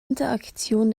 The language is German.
interaktion